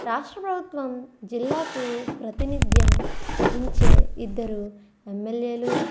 రాష్ట్ర ప్రభుత్వం జిల్లాకు ప్రతినిధ్యం వహించే ఇద్దరు ఎమ్మెల్యేలు